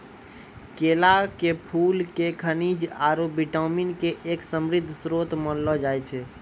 केला के फूल क खनिज आरो विटामिन के एक समृद्ध श्रोत मानलो जाय छै